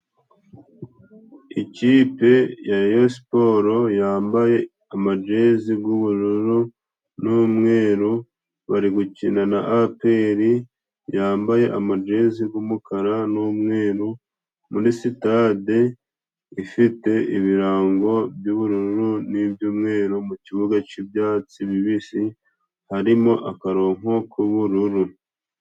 Ikipe ya Reyo siporo yambaye amajezi g'ubururu n'umweru, bari gukina na Aperi yambaye amajezi g'umukara n'umweru, muri sitade ifite ibirango by'ubururu n'iby'umweru, mukibuga cy'ibyatsi bibisi harimo akaronko k'ubururu.